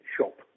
Shop